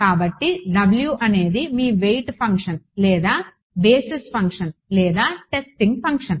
కాబట్టి W అనేది మీ వెయిట్ ఫంక్షన్ లేదా బేసిస్ ఫంక్షన్ లేదా టెస్టింగ్ ఫంక్షన్